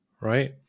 right